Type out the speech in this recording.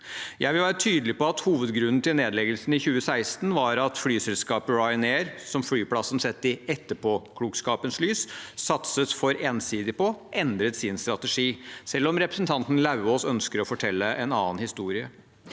Jeg vil være tydelig på at hovedgrunnen til nedleggelsen i 2016 var at flyselskapet Ryanair, som flyplassen sett i etterpåklokskapens lys satset for ensidig på, endret sin strategi, selv om representanten Lauvås ønsker å fortelle en annen historie.